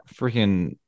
freaking